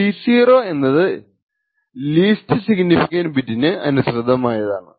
C0 എന്നത് least significant ബിറ്റിനു അനുസൃതമായതാണ്